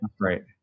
Right